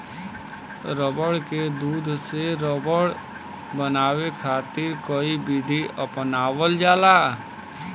रबड़ के दूध से रबड़ बनावे खातिर कई विधि अपनावल जाला